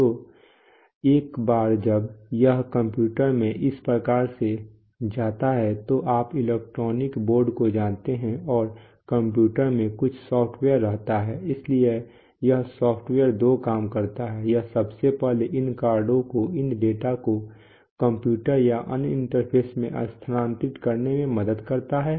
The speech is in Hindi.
तो एक बार जब यह कंप्यूटर में इस प्रकार से आ जाता है तो आप इलेक्ट्रॉनिक बोर्ड को जानते हैं और कंप्यूटर में कुछ सॉफ्टवेयर रहता है इसलिए यह सॉफ्टवेयर दो काम करता है यह सबसे पहले इन कार्डों को इन डेटा को कंप्यूटर या अन्य इंटरफेस में स्थानांतरित करने में मदद करता है